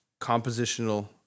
compositional